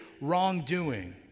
wrongdoing